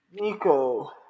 Nico